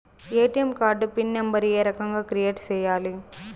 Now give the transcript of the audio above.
ATM card pin number ఏ రకంగా create సేయాలి